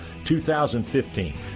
2015